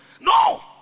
No